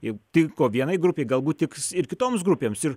jei tiko vienai grupei galbūt tiks ir kitoms grupėms ir